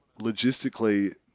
logistically